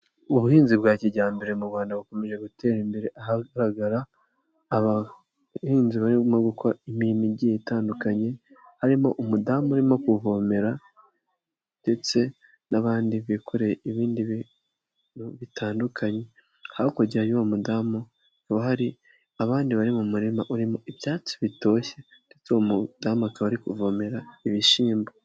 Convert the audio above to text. Ubuhinzi bwa kijyambere mu Rwanda bukomeje gutera imbere ahagaragara abahinzi barimo gukora imirimo igiye itandukanye harimo umudamu urimo kuvomera ndetse n'abandi bikoreye ibindi bintu bitandukanye hakurya y'uwo mudamu hakaba hari abandi bari mu murima urimo ibyatsi bitoshye ndetse uwo umudamu akaba ari kuvomera ibishyimbo.